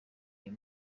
uyo